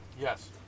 Yes